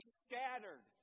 scattered